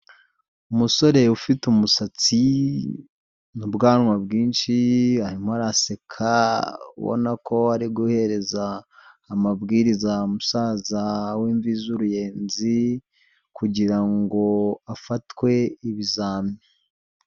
Umusore ufite umusatsi n'ubwanwa bwinshi arimo araseka, ubona ko ari guhereza amabwiriza umusaza w'imvi z'uruyenzi kugira ngo afatwe ibizami.